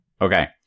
Okay